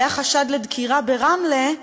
היה חשד לדקירה ברמלה,